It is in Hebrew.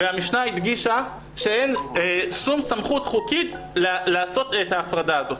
המשנה הדגישה שאין שום סמכות חוקית לעשות את ההפרדה הזאת.